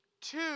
two